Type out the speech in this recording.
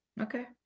Okay